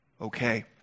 Okay